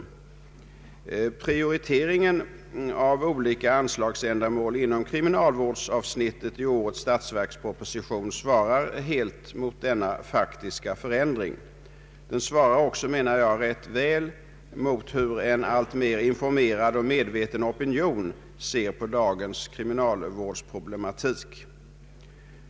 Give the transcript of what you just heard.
Anslag till kriminalvården, m.m. Prioriteringen av olika anslagsändamål inom kriminalvårdsavsnittet i årets statsverksproposition svarar helt mot denna faktiska förändring. Den svarar också, menar jag, rätt väl mot hur en alltmer informerad och medveten opinion ser på dagens kriminalvårdsproblematik.